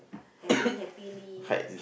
happily happily